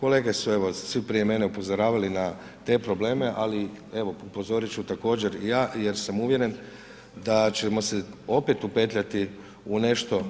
Kolege su evo svi prije mene upozoravali na te probleme ali evo, upozoriti također i ja jer sam uvjeren da ćemo se opet upetljati u nešto